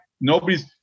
nobody's